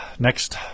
Next